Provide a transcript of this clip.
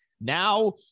now –